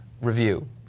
review